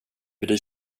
bryr